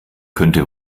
könnte